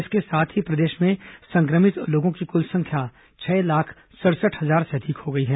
इसके साथ ही प्रदेश में संक्रमित लोगों की कुल संख्या छह लाख सड़सठ हजार से अधिक हो गई है